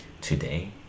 Today